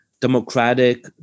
democratic